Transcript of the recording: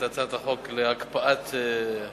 את הצעת החוק להקפאה מינואר.